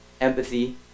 empathy